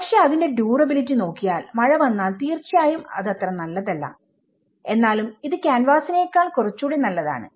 പക്ഷേ അതിന്റെ ഡ്യൂറബിലിറ്റി നോക്കിയാൽ മഴ വന്നാൽ തീർച്ചയായും അത് അത്ര നല്ലതല്ല എന്നാലും ഇത് ക്യാൻവാസിനെക്കാളും കുറച്ചുടെ നല്ലതാണ്